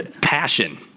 Passion